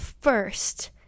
first